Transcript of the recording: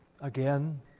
again